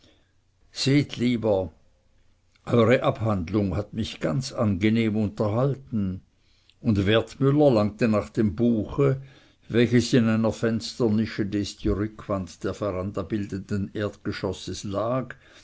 seht lieber eure abhandlung hat mich ganz angenehm unterhalten und wertmüller langte nach dem buche welches in einer fensternische des die rückwand der veranda bildenden erdgeschosses lag